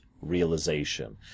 realization